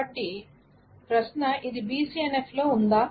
కాబట్టి ప్రశ్న ఇది BCNF లో ఉందా